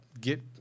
get